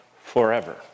forever